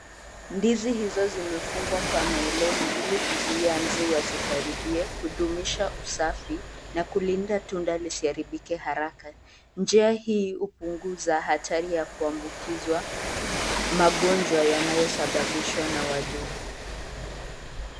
Ndizi hizo zimefungwa kwa nailoni ili kuzuia nzi wasikaribie kudumisha usafi na kulinda tunda lisiharibike haraka ,njia hii hupunguza hatari ya kuambukizwa magonjwa yanayosababishwa na wadudu.